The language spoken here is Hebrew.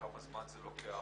כמה זמן זה לוקח,